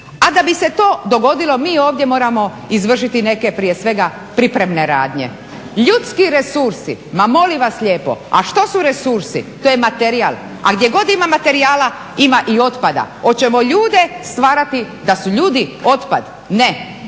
A da bi se to dogodilo, mi ovdje moramo izvršiti neke prije svega pripremne radnje. Ljudski resursi, ma molim vas lijepo, a što su resursi? To je materijal, a gdje god ima materijala ima i otpada. Hoćemo ljude stvarati, da su ljudi otpad? Ne,